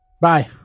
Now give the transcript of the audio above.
Bye